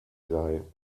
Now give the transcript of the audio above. sei